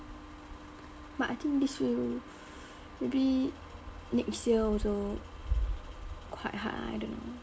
but I think this will maybe next year also quite hard ah I don't know